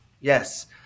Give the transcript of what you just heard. Yes